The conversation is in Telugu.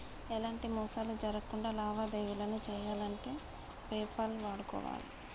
ఎలాంటి మోసాలు జరక్కుండా లావాదేవీలను చెయ్యాలంటే పేపాల్ వాడుకోవాలే